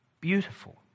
beautiful